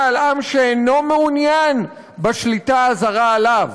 על עם שאינו מעוניין בשליטה הזרה עליו,